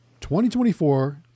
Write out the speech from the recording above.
2024